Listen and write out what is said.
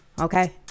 okay